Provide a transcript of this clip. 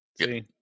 See